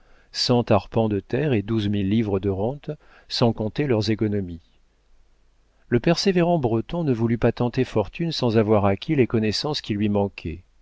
cent arpents de terre et douze mille livres de rente sans compter leurs économies le persévérant breton ne voulut pas tenter fortune sans avoir acquis les connaissances qui lui manquaient